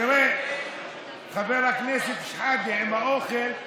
תראה, חבר הכנסת שחאדה, עם האוכל,